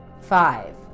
Five